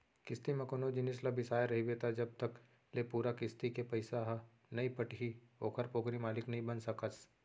किस्ती म कोनो जिनिस ल बिसाय रहिबे त जब तक ले पूरा किस्ती के पइसा ह नइ पटही ओखर पोगरी मालिक नइ बन सकस